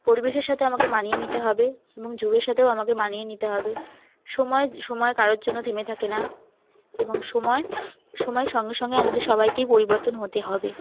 পরিবেশের সাথে আমাকে মানিয়ে নিতে হবে এবং যুগের সাথেও আমাকে মানিয়ে নিতে হবে সময় যে সময় কারোর জন্য থেমে থাকে না এবং সময় সময়ের সঙ্গে সঙ্গে আমাদের সবাইকেই পরিবর্তন হতে হবে